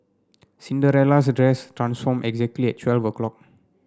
Cinderella's dress transformed exactly at twelve o'clock